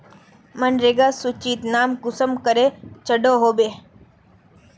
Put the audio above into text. मनरेगा सूचित नाम कुंसम करे चढ़ो होबे?